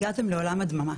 הגעתם לעולם הדממה.